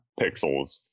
pixels